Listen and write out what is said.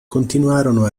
continuarono